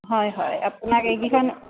হয় হয় আপোনাক এইকেইখন